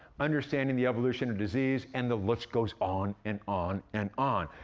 understanding the evolution of disease, and the list goes on and on and on.